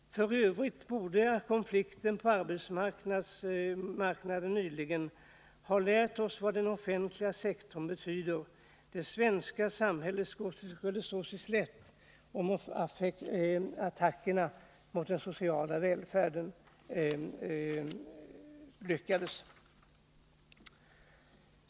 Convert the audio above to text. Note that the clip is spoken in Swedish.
F. ö. borde konflikten nyligen på arbetsmarknaden ha lärt oss vad den offentliga sektorn betyder. Det svenska samhället skulle stå sig slätt om attackerna mot den sociala välfärden lyckades.